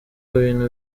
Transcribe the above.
bintu